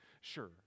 Sure